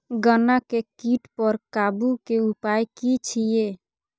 गन्ना के कीट पर काबू के उपाय की छिये?